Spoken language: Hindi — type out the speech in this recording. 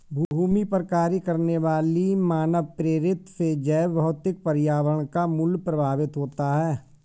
भूमि पर कार्य करने वाली मानवप्रेरित से जैवभौतिक पर्यावरण का मूल्य प्रभावित होता है